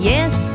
Yes